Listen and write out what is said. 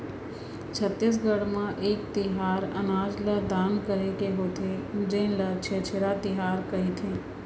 छत्तीसगढ़ म एक तिहार अनाज ल दान करे के होथे जेन ल छेरछेरा तिहार कहिथे